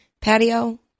patio